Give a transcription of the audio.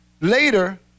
Later